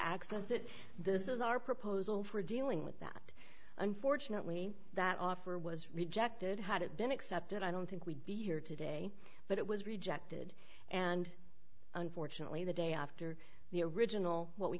access it this is our proposal for dealing with that unfortunately that offer was rejected had it been accepted i don't think we'd be here today but it was rejected and unfortunately the day after the original what we